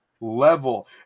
level